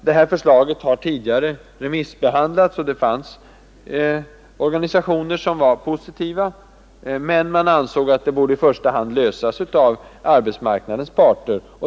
Det här förslaget har tidigare remissbehandlats, och det fanns organisationer som var positiva, men man ansåg att frågan i första hand borde lösas av arbetsmarknadens parter.